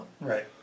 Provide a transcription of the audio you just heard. Right